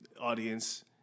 audience